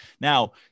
now